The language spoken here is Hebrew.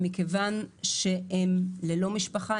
מכיוון שהם ללא משפחה,